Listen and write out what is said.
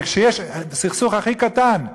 וכשיש סכסוך הכי קטן,